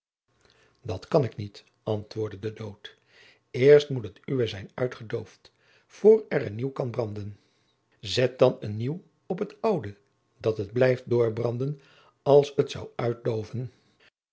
dat kan ik niet antwoordde de dood eerst moet het uwe zijn uitgedoofd voor er een nieuw kan branden zet dan een nieuw op het oude dat het blijft doorbranden als het zou uitdooven